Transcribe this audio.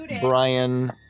Brian